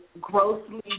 grossly